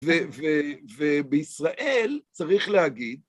ובישראל צריך להגיד